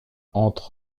entre